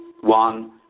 one